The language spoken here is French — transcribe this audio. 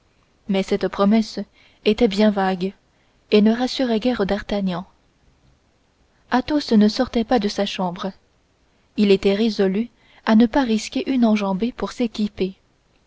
mais cette promesse était bien vague et ne rassurait guère d'artagnan athos ne sortait pas de sa chambre il était résolu à ne pas risquer une enjambée pour s'équiper